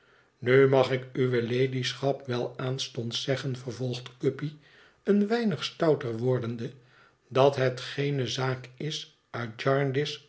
nu mag ik uwe ladyschap wel aanstonds zeggen vervolgt guppy een weinig stouter wordende dat het geene zaak is uit